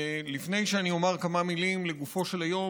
לפני שאני אומר כמה מילים לגופו של היום,